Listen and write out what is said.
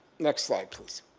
next slide please.